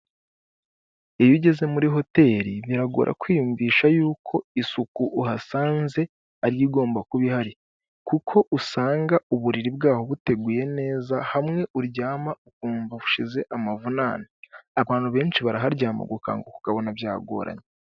Iyo ugeze muri hoteli biragora kwiyumvisha yuko isuku uhasanze ariyo igomba kuba ihari, kuko usanga uburiri bwaho buteguye neza hamwe uryama ukumva ushize amavunane, abantu benshi baraharyama gukanguka ukabona byagoranye.